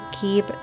keep